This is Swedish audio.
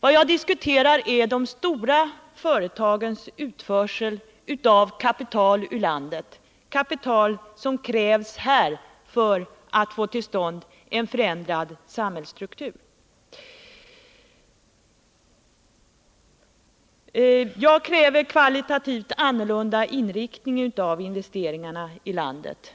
Vad jag diskuterar är de stora företagens utförsel av kapital ur landet, kapital som krävs här för att få till stånd en förändrad samhällsstruktur. Olle Wästberg säger att jag kräver kvalitativt annorlunda inriktning av investeringarna i landet,